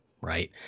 right